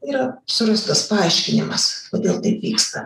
yra surastas paaiškinimas kodėl taip vyksta